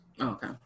okay